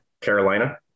Carolina